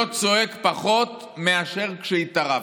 לא פחות צועק מאשר כשהתערבת.